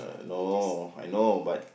no I know but